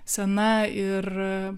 sena ir